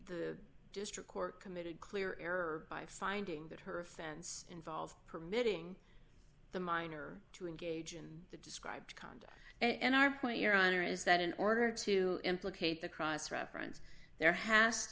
the district court committed clear error by finding that her offense involved permitting the minor to engage in the described conduct and our point your honor is that in order to implicate the cross reference there has